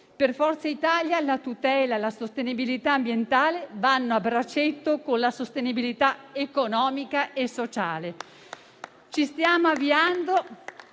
Per Forza Italia la tutela e la sostenibilità ambientale vanno a braccetto con la sostenibilità economica e sociale.